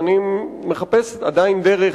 ואני עדיין מחפש דרך